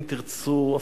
אם תרצו,